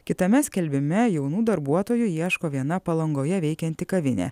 kitame skelbime jaunų darbuotojų ieško viena palangoje veikianti kavinė